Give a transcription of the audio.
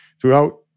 throughout